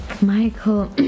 Michael